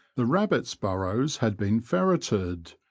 the rabbits' burrows had been ferreted,